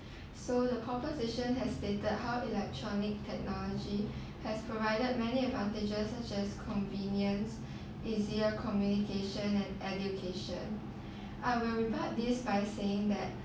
so the proposition has stated how electronic technology has provided many advantages such as convenience easier communication and education I will rebut this by saying that